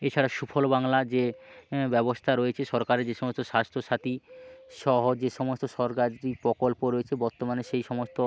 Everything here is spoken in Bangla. এছাড়া সুফল বাংলা যে ব্যবস্তা রয়েছে সরকারের যে সমস্ত স্বাস্থ্যসাথী সহ যে সমস্ত সরকার যেই প্রকল্প রয়েছে বর্তমানে সেই সমস্ত